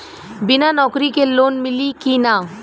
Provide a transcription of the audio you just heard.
बिना नौकरी के लोन मिली कि ना?